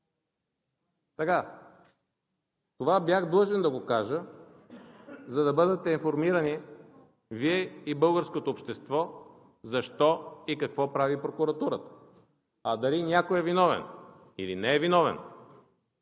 Това бях длъжен да го кажа, за да бъдете информирани Вие и българското общество защо и какво прави прокуратурата, а дали някой е виновен, или не е виновен,